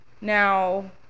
Now